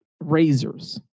razors